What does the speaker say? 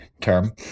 term